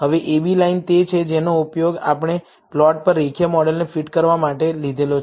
હવે abline તે છે જેનો આપણે પ્લોટ પર રેખીય મોડેલને ફીટ કરવા માટે ઉપયોગમાં લીધો છે